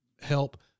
help